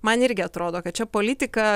man irgi atrodo kad čia politika